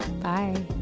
bye